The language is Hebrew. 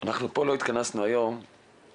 אני אומר שלא התכנסנו כאן היום לדון